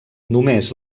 només